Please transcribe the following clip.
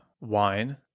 wine